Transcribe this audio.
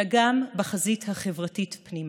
אלא גם בחזית החברתית פנימה.